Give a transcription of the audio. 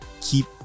Keep